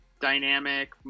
dynamic